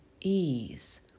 ease